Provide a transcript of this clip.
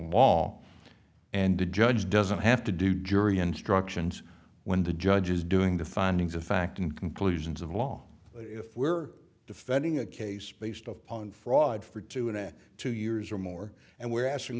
law and a judge doesn't have to do jury instructions when the judge is doing the findings of fact and conclusions of law if we're defending a case based upon fraud for two and a half two years or more and we're asking